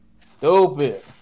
stupid